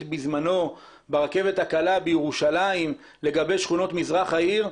בזמנו ברכבת הקלה בירושלים לגבי שכונות מזרח העיר?